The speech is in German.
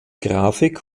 grafik